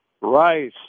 rice